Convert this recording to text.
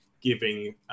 giving